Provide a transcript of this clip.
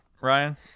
Ryan